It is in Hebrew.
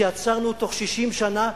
שיצרנו בתוך 60 שנה,